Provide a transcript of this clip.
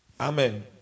Amen